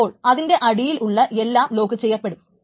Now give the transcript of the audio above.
അപ്പോൾ അതിന്റെ അടിയിൽ ഉള്ള എല്ലാം ലോക്കുചെയ്യപ്പെടും